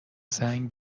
زنگ